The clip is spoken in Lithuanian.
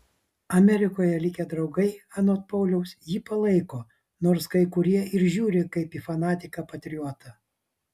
amerikoje likę draugai anot pauliaus jį palaiko nors kai kurie ir žiūri kaip į fanatiką patriotą